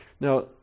Now